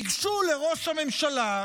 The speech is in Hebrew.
ייגשו לראש הממשלה,